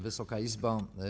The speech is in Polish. Wysoka Izbo!